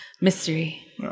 Mystery